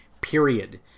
Period